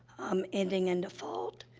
um, ending in default.